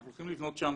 אנחנו הולכים לבנות שם